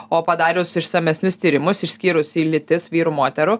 o padarius išsamesnius tyrimus išskyrus į lytis vyrų moterų